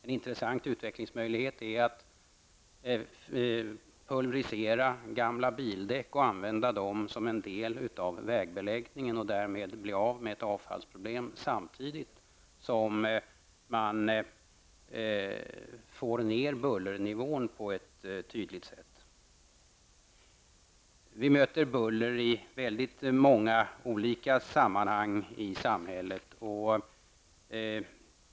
En intressant utvecklingsmöjlighet är att pulvrisera gamla bildäck och använda dem som en del av vägbeläggningen och därmed bli av med ett avfallsproblem samtidigt som man på ett tydligt sätt får ned bullernivån. Vi möter buller i många olika sammanhang i samhället.